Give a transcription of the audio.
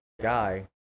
guy